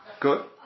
Good